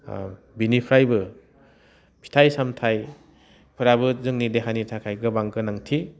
बिनिफ्रायबो फिथाइ सामथाइफ्राबो जोंनि देहानि थाखाय गोबां गोनांथि